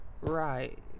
Right